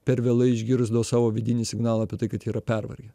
per vėlai išgirsdavo savo vidinį signalą apie tai kad jie yra pervargę